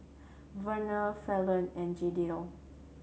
Vernal Falon and Jadiel